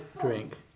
drink